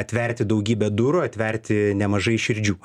atverti daugybę durų atverti nemažai širdžių